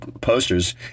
posters